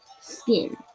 skin